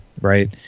Right